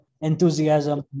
enthusiasm